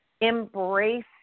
embrace